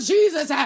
Jesus